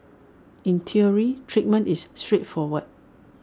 in theory treatment is straightforward